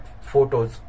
photos